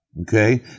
Okay